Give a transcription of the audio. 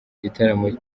gitaramo